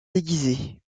déguisée